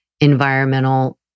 environmental